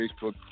Facebook